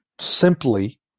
simply